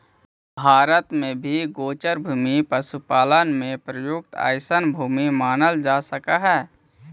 भारत में भी गोचर भूमि पशुपालन में प्रयुक्त अइसने भूमि मानल जा सकऽ हइ